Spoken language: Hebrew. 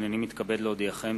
הנני מתכבד להודיעכם,